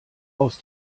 aus